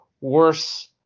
worse